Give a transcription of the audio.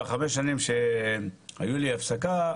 בחמש שנים שהיו לי הפסקה,